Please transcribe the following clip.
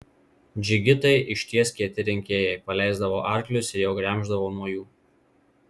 džigitai iš ties kieti rinkėjai paleisdavo arklius ir jau gremždavo nuo jų